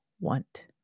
want